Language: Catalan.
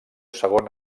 segon